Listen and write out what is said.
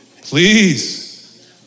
Please